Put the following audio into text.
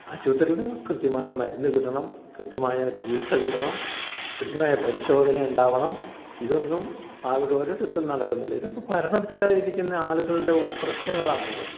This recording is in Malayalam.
ആശുപത്രിയിൽ കൃത്യമായ മരുന്ന് കിട്ടണം കൃത്യമായ ചികിത്സ കിട്ടണം കൃത്യമായ പരിശോധന ഉണ്ടാവണം ഇതൊന്നും അവിടെ ഒരിടത്തും നടക്കുന്നില്ല ഇതൊക്കെ ഭരണത്തിലിരിക്കുന്ന ആളുകളുടെ പ്രശ്നങ്ങളാണിത്